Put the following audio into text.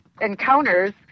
encounters